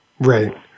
Right